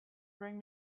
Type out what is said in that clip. bring